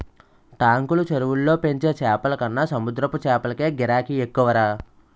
టాంకులు, చెరువుల్లో పెంచే చేపలకన్న సముద్రపు చేపలకే గిరాకీ ఎక్కువరా